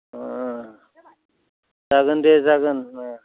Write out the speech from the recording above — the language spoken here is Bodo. अ जागोन दे जागोन